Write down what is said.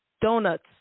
Donuts